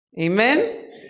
Amen